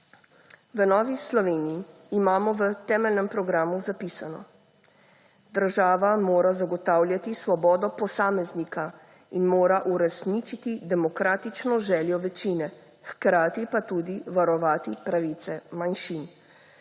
V Novi Sloveniji imamo v temeljnem programu zapisano: Država mora zagotavljati svobodo posameznika in mora uresničiti demokratično željo večine, hkrati pa tudi varovati pravice manjšin.